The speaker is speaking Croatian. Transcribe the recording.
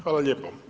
Hvala lijepo.